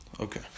Okay